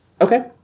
Okay